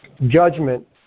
judgment